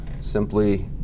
Simply